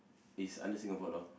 is under Singapore law